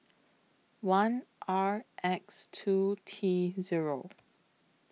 one R X two T Zero